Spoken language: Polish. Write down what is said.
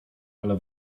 ale